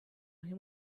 him